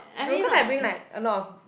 no cause I bring like a lot of